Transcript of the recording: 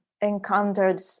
encountered